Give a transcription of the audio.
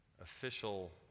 official